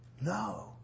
No